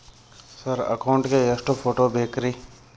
Sir account ಗೇ ಎಷ್ಟು photo ಬೇಕ್ರಿ?